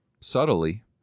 subtly